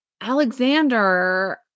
Alexander